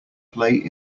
play